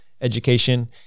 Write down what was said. education